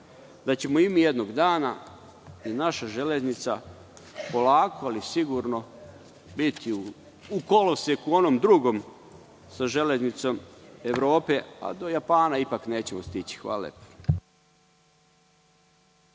da ćemo i mi jednog dana i naša železnica polako, ali sigurno, biti u koloseku onom drugom, sa železnicom Evrope, a do Japana ipak nećemo stići. Hvala lepo.